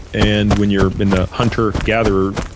and when you're in the hunter gatherer